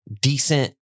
decent